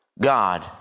God